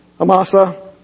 Amasa